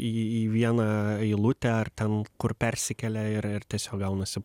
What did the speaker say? į į vieną eilutę ar ten kur persikelia ir ir tiesiog gaunasi